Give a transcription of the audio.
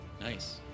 Nice